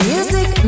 Music